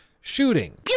shooting